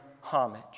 homage